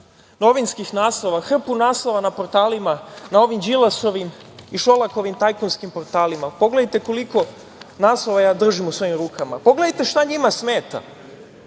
novinskih naslova, hrpu naslova na portalima, na ovim Đilasovima i Šolakovim tajkunskim portalima, pogledajte koliko naslova držim u svojim rukama. Pogledajte šta njima smeta?